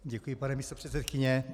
Děkuji, paní místopředsedkyně.